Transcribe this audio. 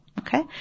Okay